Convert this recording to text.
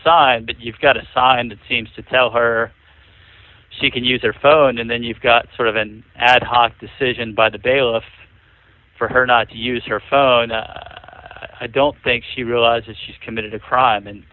side that you've got assigned seems to tell her she can use their phone and then you've got sort of an ad hoc decision by the bailiff for her not to use her phone and i don't think she realizes she's committed a crime and